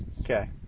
Okay